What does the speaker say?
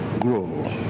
grow